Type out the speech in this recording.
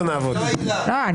תודה רבה,